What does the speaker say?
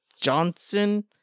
Johnson